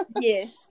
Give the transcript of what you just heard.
Yes